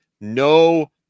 No